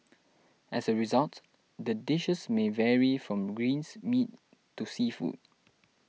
as a result the dishes may vary from greens meat to seafood